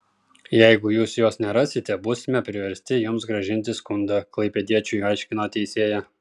jeigu jūs jos nerasite būsime priversti jums grąžinti skundą klaipėdiečiui aiškino teisėja